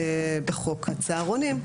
בחוק הצהרונים.